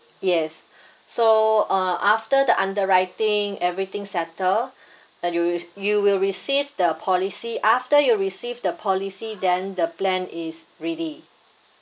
yes so uh after the underwriting everything settle that you you will receive the policy after you receive the policy then the plan is ready